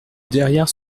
derrière